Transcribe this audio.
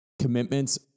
Commitments